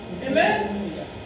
Amen